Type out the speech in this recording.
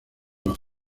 los